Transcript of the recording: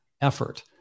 effort